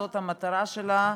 זאת המטרה שלה,